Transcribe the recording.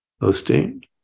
hosting